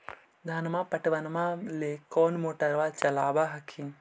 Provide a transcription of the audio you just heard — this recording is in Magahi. धनमा पटबनमा ले कौन मोटरबा चलाबा हखिन?